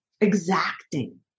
exacting